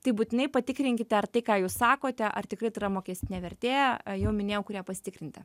tai būtinai patikrinkite ar tai ką jūs sakote ar tikrai tai yra mokestinė vertė jau minėjau kur ją pasitikrinti